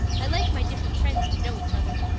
i like my different friends to know each other.